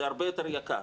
זה הרבה יותר יקר.